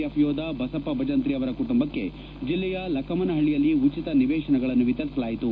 F ಯೋಧ ಬಸಪ್ಪ ಬಜಂತ್ರಿ ಅವರ ಕುಟುಂಬಕ್ಕೆ ಜಿಲ್ಲೆಯ ಲಕ್ಕಮ್ಮನಹಳ್ಳಿಯಲ್ಲಿ ಉಚಿತ ನಿವೇಶನಗಳನ್ನು ವಿತರಿಸಲಾಯಿತು